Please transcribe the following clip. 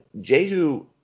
Jehu